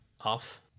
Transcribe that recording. off